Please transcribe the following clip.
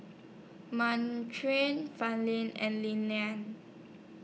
and Leland